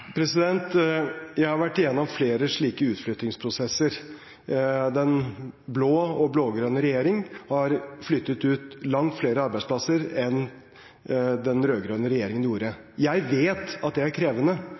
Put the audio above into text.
Jeg har vært gjennom flere slike utflyttingsprosesser. Den blå og blå-grønne regjering har flyttet ut langt flere arbeidsplasser enn den rød-grønne regjeringen gjorde. Jeg vet at det er krevende.